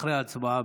אחרי ההצבעה,